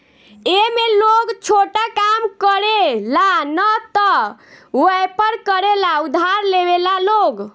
ए में लोग छोटा काम करे ला न त वयपर करे ला उधार लेवेला लोग